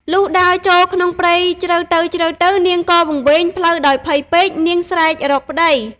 លុះដើរចូលក្នុងព្រៃជ្រៅទៅៗ នាងក៏វង្វេងផ្លូវដោយភ័យពេក នាងស្រែក រកប្តី ។